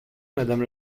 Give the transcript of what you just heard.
madame